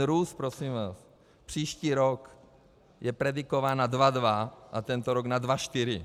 Růst, prosím vás, příští rok je predikován na 2,2 a tento rok na 2,4.